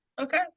Okay